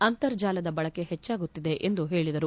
ಅಂತರ್ಜಾಲದ ಬಳಕೆ ಹೆಚ್ಚಾಗುತ್ತಿದೆ ಎಂದು ಹೇಳಿದರು